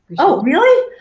oh, really?